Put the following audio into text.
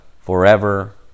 forever